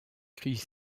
chris